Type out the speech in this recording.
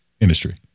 industry